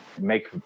make